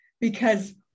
Because-